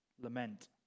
lament